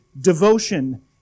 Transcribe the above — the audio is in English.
devotion